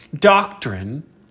doctrine